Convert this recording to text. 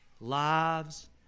lives